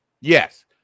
Yes